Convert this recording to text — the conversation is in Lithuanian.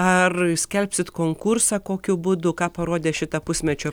ar skelbsit konkursą kokiu būdu ką parodė šita pusmečio